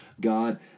God